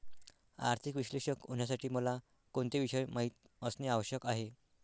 आर्थिक विश्लेषक होण्यासाठी मला कोणते विषय माहित असणे आवश्यक आहे?